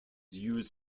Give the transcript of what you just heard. used